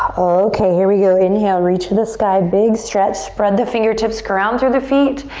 okay, here we go, inhale, reach for the sky. big stretch. spread the fingertips, ground through the feet.